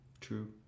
True